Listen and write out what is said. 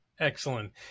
Excellent